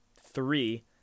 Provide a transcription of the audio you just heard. three